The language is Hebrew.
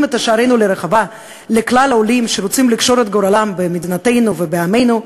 את שערינו לרווחה לכל העולים שרוצים לקשור את גורלם במדינתנו ובעמנו,